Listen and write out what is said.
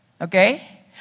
Okay